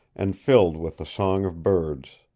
and filled with the song of birds.